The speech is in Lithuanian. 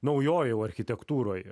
naujoj jau architektūroje